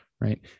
right